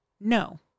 No